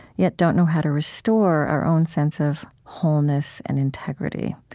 yet don't know how to restore our own sense of wholeness and integrity.